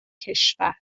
کشور